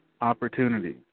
opportunities